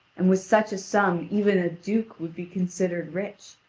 and with such a sum even a duke would be considered rich.